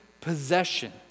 possession